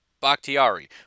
Bakhtiari